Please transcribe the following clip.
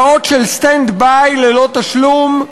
שעות של סטנד-ביי ללא תשלום,